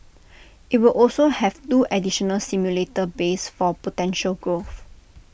IT will also have two additional simulator bays for potential growth